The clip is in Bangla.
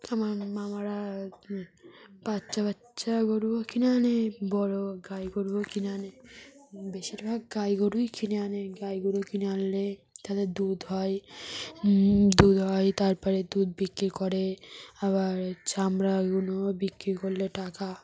আমার মামারা বাচ্চা বাচ্চা গরুও কিনে আনে বড় গাই গরুও কিনে আনে বেশিরভাগ গাই গরুই কিনে আনে গাই গরু কিনে আনলে তাদের দুধ হয় দুধ হয় তার পরে দুধ বিক্রি করে আবার চামড়া এগুলোও বিক্রি করলে টাকা